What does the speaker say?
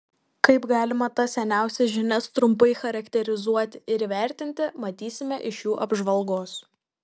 kaip galima tas seniausias žinias trumpai charakterizuoti ir įvertinti matysime iš jų apžvalgos